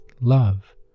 love